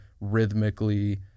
rhythmically